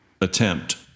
attempt